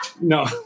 No